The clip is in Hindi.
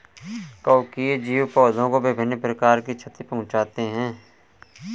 कवकीय जीव पौधों को विभिन्न प्रकार की क्षति पहुँचाते हैं